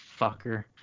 fucker